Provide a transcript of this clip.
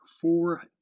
four